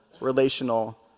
relational